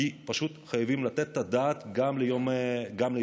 כי פשוט חייבים לתת את הדעת גם למה שיקרה